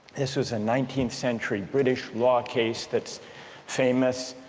this was a nineteenth-century british law case that's famous